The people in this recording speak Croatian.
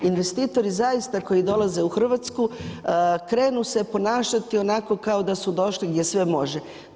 Investitori zaista koji dolaze u Hrvatsku krenu se ponašati onako kao da su došli gdje sve može.